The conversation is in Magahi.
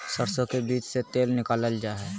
सरसो के बीज से तेल निकालल जा हई